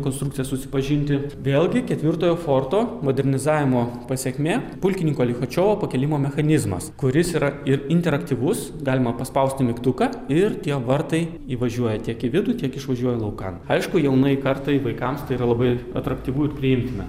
konstrukcija susipažinti vėlgi ketvirtojo forto modernizavimo pasekmė pulkininko lichačiovo pakėlimo mechanizmas kuris yra ir interaktyvus galima paspausti mygtuką ir tie vartai įvažiuoja tiek į vidų tiek išvažiuoja laukan aišku jaunai kartai vaikams tai yra labai atraktyvu ir priimtina